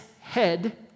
head